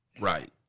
Right